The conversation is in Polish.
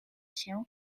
się